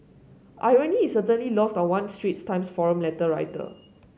irony is certainly lost on one Straits Times forum letter writer